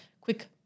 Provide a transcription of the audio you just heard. quick